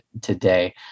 today